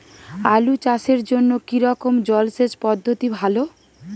আলু চাষের জন্য কী রকম জলসেচ পদ্ধতি ভালো?